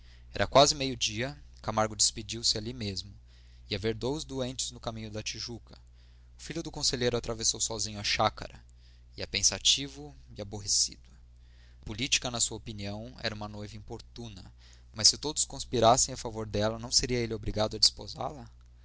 era quase meio-dia camargo despediu-se ali mesmo ia ver dois doentes no caminho da tijuca o filho do conselheiro atravessou sozinho a chácara ia pensativo e aborrecido a política na sua opinião era uma noiva importuna mas se todos conspirassem a favor dela não seria ele obrigado a